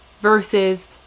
versus